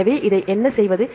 எனவே இதை என்ன செய்வது